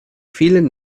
vielen